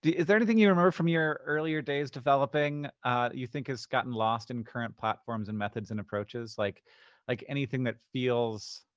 is there anything you remember from your earlier days developing you think has gotten lost in current platforms and methods and approaches? like like anything that feels,